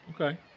Okay